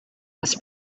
was